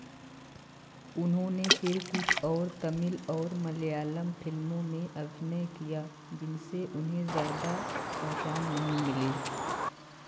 उन्होंने फिर कुछ और तमिल और मलयालम फिल्मों में अभिनय किया जिनसे उन्हें ज़्यादा पहचान नहीं मिली